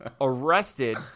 arrested